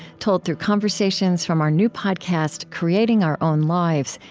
told through conversations from our new podcast, creating our own lives,